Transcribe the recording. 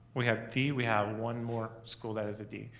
we have d, we have one more school that is a d.